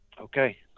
Okay